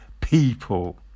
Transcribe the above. people